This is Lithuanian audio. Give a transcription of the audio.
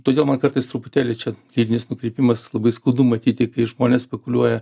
todėl man kartais truputėlį čia teminis nukrypimas labai skaudu matyti kai žmonės spekuliuoja